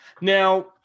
Now